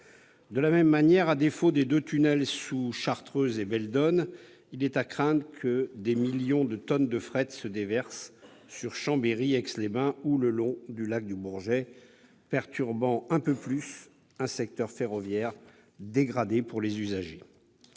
De la même manière, à défaut des deux tunnels sous les massifs de Chartreuse et de Belledonne, il est à craindre que des millions de tonnes de fret se déversent sur Chambéry, Aix-les-Bains ou le long du lac du Bourget, perturbant encore un peu plus un secteur ferroviaire dégradé pour les usagers.